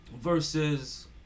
versus